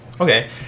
okay